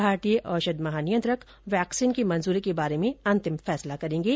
भारतीय औषध महानियंत्रक वैक्सीन की मंजूरी को बारे में अंतिम फैसला करेंगे